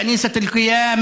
כנסיית הקבר,